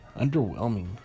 underwhelming